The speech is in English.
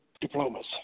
diplomas